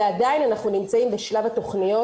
ועדיין אנחנו נמצאים בשלב התוכניות?